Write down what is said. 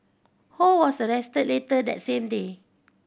Ho was arrested later that same day